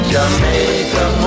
Jamaica